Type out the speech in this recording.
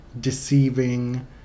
deceiving